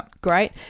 great